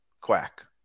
quack